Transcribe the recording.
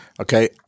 Okay